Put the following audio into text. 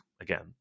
again